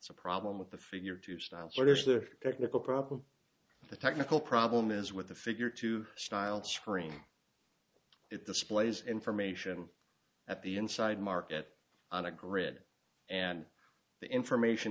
it's a problem with the figure two style shortish the technical problem the technical problem is with the figure two style screen it displays information at the inside market on a grid and the information